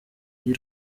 y’i